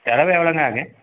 செலவு எவ்வளோங்க ஆகும்